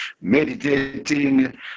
meditating